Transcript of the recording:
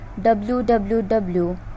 Www